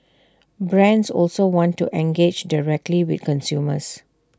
brands also want to engage directly with consumers